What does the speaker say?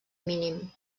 mínim